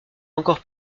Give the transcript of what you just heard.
encore